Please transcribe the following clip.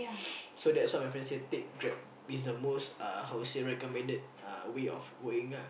so that's why my friend say take grab it's the most uh how to say the most recommended way of going lah